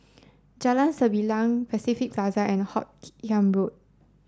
Jalan Sembilang Pacific Plaza and Hoot Kiam Road